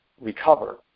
Recover